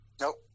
Nope